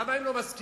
למה הם לא מסכימים?